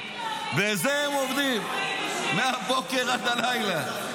בזה הם עובדים מהבוקר עד הלילה.